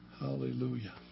Hallelujah